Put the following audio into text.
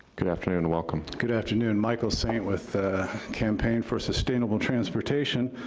good afternoon and welcome. good afternoon, michael saint with the campaign for sustainable transportation.